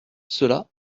cela